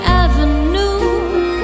avenue